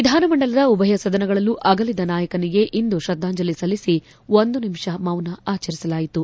ವಿಧಾನಮಂಡಲದ ಉಭಯ ಸದನಗಳಲ್ಲೂ ಅಗಲಿದ ನಾಯಕನಿಗೆ ಇಂದು ಶ್ರದ್ದಾಂಜಲಿ ಸಲ್ಲಿಸಿ ಒಂದು ನಿಮಿಷ ಮೌನ ಆಚರಿಸಲಾಯಿತು